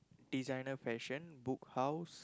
designer fashion Book House